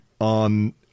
on